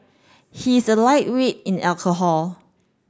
he is a lightweight in alcohol